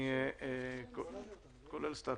כולל עדכון סטטוס.